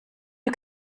you